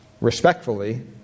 respectfully